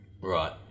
right